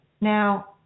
Now